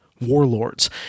warlords